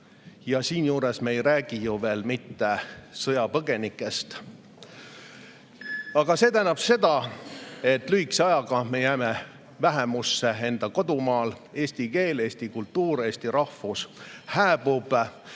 piiranguteta. Me ei räägi ju veel mitte sõjapõgenikest. Aga see tähendab seda, et lühikese ajaga me jääme vähemusse enda kodumaal. Eesti keel, eesti kultuur, eesti rahvus hääbub